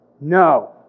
no